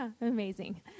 Amazing